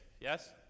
Yes